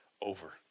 over